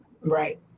Right